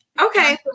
Okay